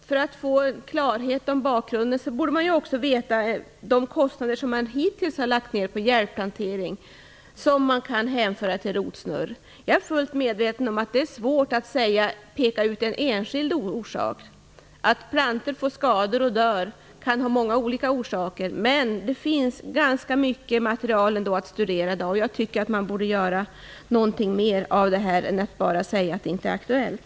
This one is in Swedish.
För att få klarhet om bakgrunden borde man också veta vilka resurser man hittills har lagt ner på hjälpplantering som kan hänföras till rotsnurr. Jag är fullt medveten om att det är svårt att peka ut en enskild orsak. Att plantor får skador och dör kan ha många olika orsaker, men det finns ganska mycket material att studera i dag. Jag tycker att man borde göra någonting mer än att bara säga att det inte är aktuellt.